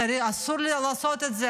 אסור לעשות את זה,